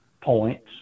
points